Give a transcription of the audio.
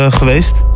geweest